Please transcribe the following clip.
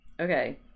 Okay